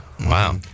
Wow